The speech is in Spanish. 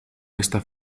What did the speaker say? esta